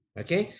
okay